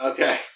Okay